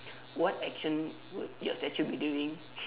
what action would your statue be doing